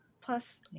Plus